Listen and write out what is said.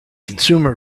consumer